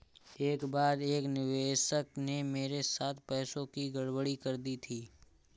एक बार एक निवेशक ने मेरे साथ पैसों की गड़बड़ी कर दी थी